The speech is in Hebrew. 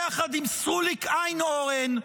ביחד עם שרוליק איינהורן,